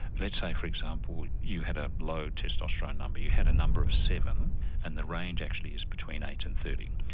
let's say for example you had a low testosterone number, you had a number of seven and the range actually is between eight and thirty.